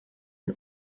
het